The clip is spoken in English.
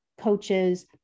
coaches